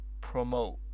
promote